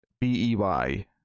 B-E-Y